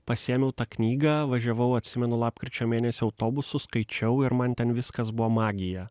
pasiėmiau tą knygą važiavau atsimenu lapkričio mėnesį autobusu skaičiau ir man ten viskas buvo magija